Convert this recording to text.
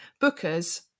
Booker's